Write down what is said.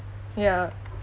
ya